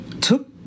took